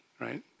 right